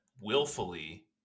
willfully